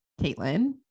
Caitlin